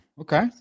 okay